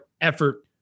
effort